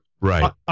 Right